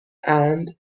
and